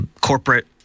Corporate